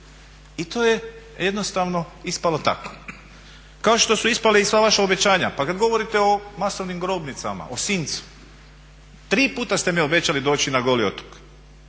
I to je ispalo tako. Kao što su ispala i sva vaša obećanja, pa kada govorite o masovnim grobnicama, o … tri puta ste mi obećali doći na Goli otok,